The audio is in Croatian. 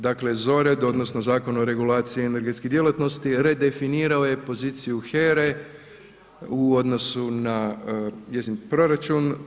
Dakle ZORED odnosno Zakon o regulaciji energetskih djelatnosti redefinirao je poziciju HERE u odnosu na njezin proračun.